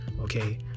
Okay